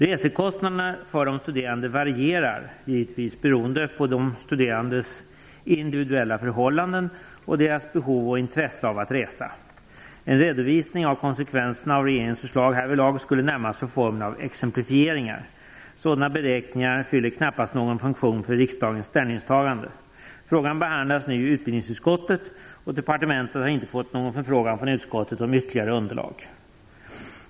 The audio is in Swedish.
Resekostnaderna för de studerande varierar givetvis beroende på de studerandes individuella förhållanden och deras behov och intresse av att resa. En redovisning av konsekvenserna av regeringens förslag härvidlag skulle närmast få formen av exemplifieringar. Sådana beräkningar fyller knappast någon funktion för riksdagens ställningstagande. Frågan behandlas nu i utbildningsutskottet, och departementet har inte fått någon förfrågan från utskottet om ytterligare underlag.